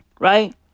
Right